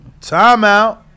Timeout